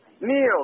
Neil